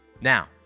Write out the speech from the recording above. Now